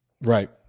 Right